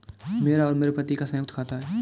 मेरा और मेरे पति का संयुक्त खाता है